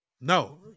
No